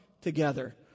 together